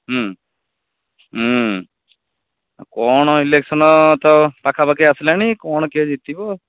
ହୁଁ ହୁଁ କ'ଣ ଇଲେକ୍ସନ ତ ପାଖାପାଖି ଆସିଲାଣି କ'ଣ କିଏ ଜିତିବ